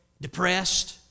depressed